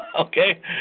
Okay